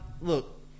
look